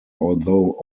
although